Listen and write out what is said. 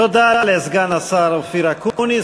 תודה לסגן השר אופיר אקוניס.